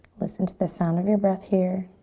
listen to the sound of your breath here.